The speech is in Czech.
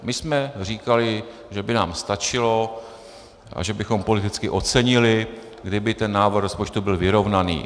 My jsme říkali, že by nám stačilo a že bychom politicky ocenili, kdyby návrh rozpočtu byl vyrovnaný.